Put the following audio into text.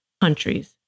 countries